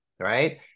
Right